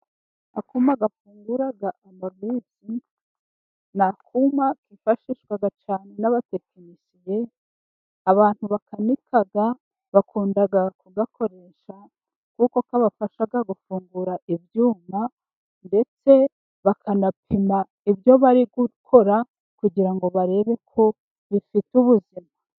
Akuma gafungura amavisi, n'akuma kifashishwa cyane n'abatekinisiye, abantu bakanika, bakunda kugakoresha kuko kabafasha gufungura ibyuma, ndetse bakanapima ibyo bari gukora kugira ngo barebe ko bifite ubuzima.